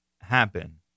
happen